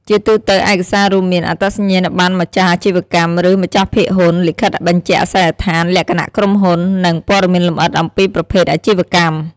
ជាទូទៅ ឯកសាររួមមាន អត្តសញ្ញាណប័ណ្ណម្ចាស់អាជីវកម្ម ឬម្ចាស់ភាគហ៊ុន លិខិតបញ្ជាក់អាសយដ្ឋាន លក្ខណៈក្រុមហ៊ុន និង ព័ត៌មានលម្អិតអំពីប្រភេទអាជីវកម្ម។